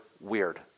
Weird